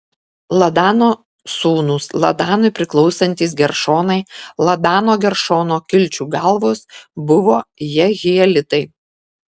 ladano sūnūs ladanui priklausantys geršonai ladano geršono kilčių galvos buvo jehielitai